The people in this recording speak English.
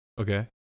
Okay